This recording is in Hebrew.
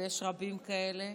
ויש רבים כאלה,